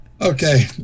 okay